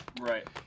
right